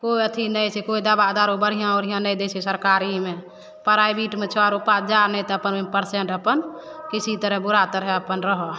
कोइ अथी नहि छै कोइ दवा दारूर बढ़िआँ उढ़िआँ नहि दै छै सरकारीमे प्राइवेटमे छऽ रुपा तऽ जा नहि तऽ अपन पेशेन्ट अपन किसी तरह बुरा तरह अपन रहऽ